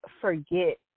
forget